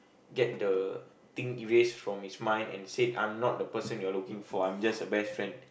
get the thing erase from his mind and said I am not the person you're looking for I am just a best friend